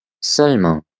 Seulement